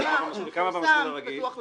המסלול מפורסם, פתוח לציבור.